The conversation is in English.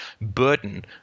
burden